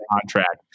contract